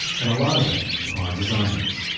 and a lot of them are designers.